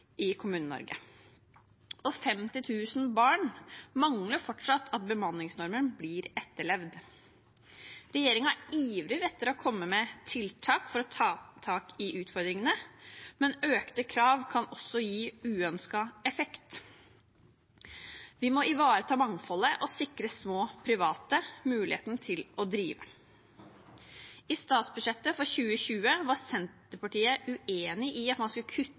i Kommune-Norge, og 50 000 barn mangler fortsatt at bemanningsnormen blir etterlevd. Regjeringen ivrer etter å komme med tiltak for å ta tak i utfordringene, men økte krav kan også gi uønsket effekt. Vi må ivareta mangfoldet og sikre de små, private mulighet til å drive. I statsbudsjettet for 2020 var Senterpartiet uenig i at man skulle kutte